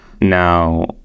Now